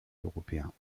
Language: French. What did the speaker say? européens